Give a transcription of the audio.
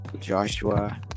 Joshua